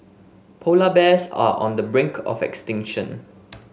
polar bears are on the brink of extinction